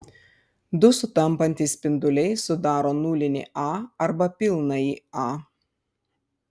du sutampantys spinduliai sudaro nulinį a arba pilnąjį a